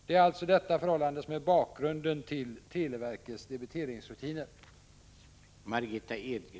Det är alltså detta förhållande som är bakgrunden till televerkets debiteringsrutiner.